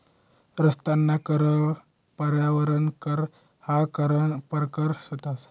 रस्ताना कर, पर्यावरण कर ह्या करना परकार शेतंस